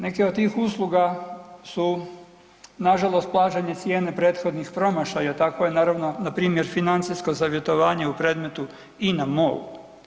Neke od tih usluga su nažalost plaćanje cijene prethodnih promašaja, tako je naravno npr. financijsko savjetovanje u predmetu INA-MOL.